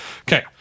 Okay